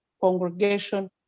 congregation